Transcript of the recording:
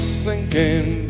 sinking